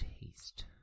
taste